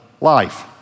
life